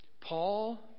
Paul